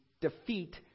defeat